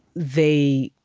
they,